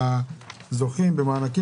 זה לא רלוונטי